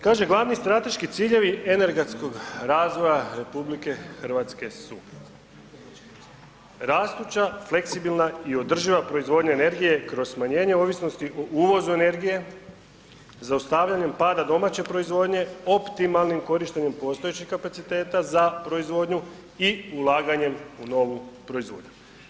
Kaže glavni strateški ciljevi energetskog razvoja RH su: rastuća, fleksibilna i održiva proizvodnja energije kroz smanjenje ovisnosti u uvozu energije, zaustavljanjem pada domaće proizvodnje optimalnim korištenjem postojećih kapaciteta za proizvodnju i ulaganjem u novu proizvodnju.